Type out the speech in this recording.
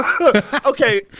Okay